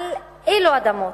על אילו אדמות?